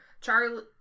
Charlie